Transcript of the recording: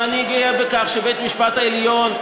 ואני גאה בכך שבית-המשפט העליון,